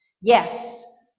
yes